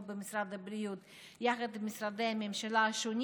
במשרד הבריאות יחד עם משרדי הממשלה השונים